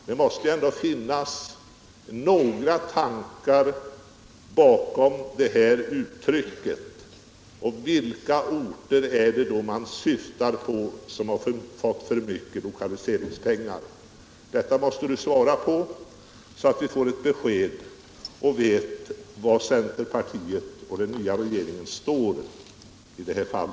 Det måste ändå finnas några tankar bakom uttrycket i fråga, och vilka orter anser man då ha fått för mycket lokaliseringsstöd? Detta måste ni svara på, så att vi vet var centerpartiet och den nya regeringen står i detta fall.